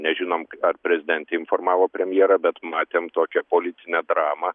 nežinom ar prezidentė informavo premjerą bet matėm tokią politinę dramą